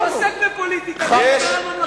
הוא עוסק בפוליטיקה ומדבר על ממלכתיות.